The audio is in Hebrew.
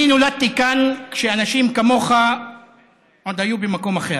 אני נולדתי כאן כשאנשים כמוך עוד היו במקום אחר.